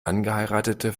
angeheiratete